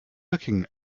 looking